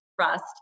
trust